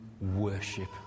worship